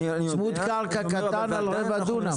אני מדבר צמוד קרקע קטן על רבע דונם.